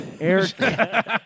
Eric